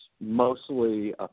mostly